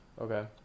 Okay